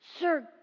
Sir